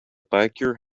biker